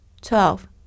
Twelve